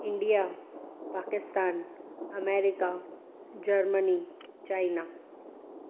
India Pakistan America Germany China